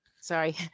Sorry